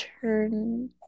turn